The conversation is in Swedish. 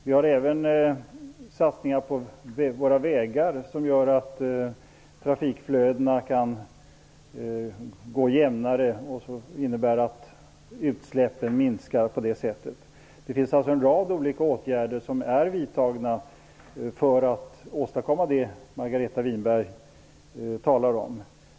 Vi har även satsningar på våra vägar, som gör att trafikflödena kan gå jämnare och innebära att utsläppen minskar. Det finns alltså en rad olika åtgärder som är vidtagna för att åstadkomma det Margareta Winberg talar om.